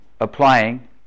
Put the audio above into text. applying